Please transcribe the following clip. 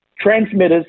transmitters